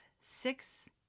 six